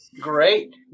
Great